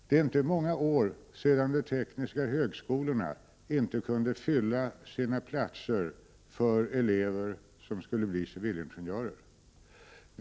Det är inte många år sedan de tekniska högskolorna inte kunde fylla sina platser med elever som skulle bli civilingenjörer.